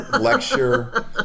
lecture